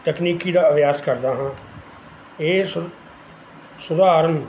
ਤਕਨੀਕੀ ਦਾ ਅਭਿਆਸ ਕਰਦਾ ਹਾਂ ਇਸ ਸੁਧਾਰਨ